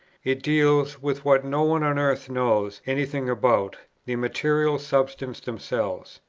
it deals with what no one on earth knows any thing about, the material substances themselves.